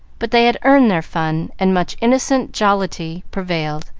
but they had earned their fun and much innocent jollity prevailed,